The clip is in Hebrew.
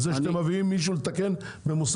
על זה שאתם מביאים מישהו לתקן במוסך,